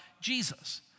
Jesus